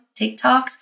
TikToks